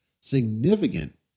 significant